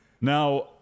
now